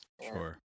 Sure